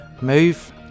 move